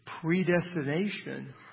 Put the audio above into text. predestination